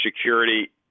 security